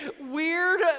weird